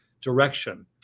direction